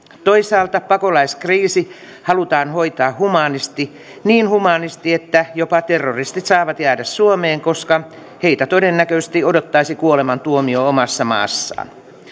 toisaalta pakolaiskriisi halutaan hoitaa humaanisti niin humaanisti että jopa terroristit saavat jäädä suomeen koska heitä todennäköisesti odottaisi kuolemantuomio omassa maassaan